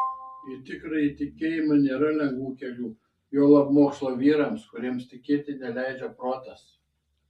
į tikrąjį tikėjimą nėra lengvų kelių juolab mokslo vyrams kuriems tikėti neleidžia protas